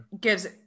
gives